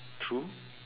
true